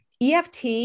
EFT